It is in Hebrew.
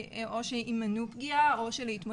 או שימנעו פגיעה, או של התמודדות עם פגיעה.